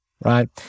right